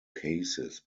cases